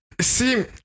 See